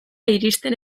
iristen